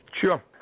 Sure